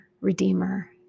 redeemer